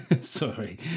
sorry